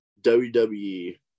WWE